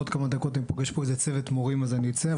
בעוד כמה דקות אני פוגש פה איזה צוות מורים אז אני אצא,